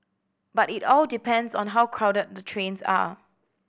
but it all depends on how crowded the trains are